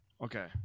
Okay